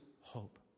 hope